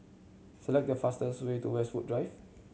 select the fastest way to Westwood Drive